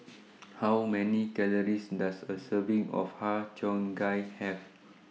How Many Calories Does A Serving of Har Cheong Gai Have